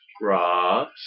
Grass